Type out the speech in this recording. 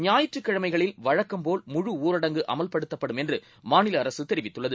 ஞாயிற்றுக்கிழமைகளஃவழக்கம்போல்முழு ஊரடங்குஅ மல்படுத்தப்படும்என்றுமாநிலஅரசுதெரிவித்துள்ளது